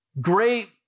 Great